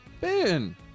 Ben